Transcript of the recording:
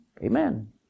Amen